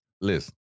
Listen